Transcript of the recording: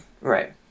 Right